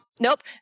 Nope